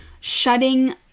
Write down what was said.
shutting